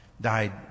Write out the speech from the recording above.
Died